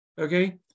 okay